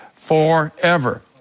forever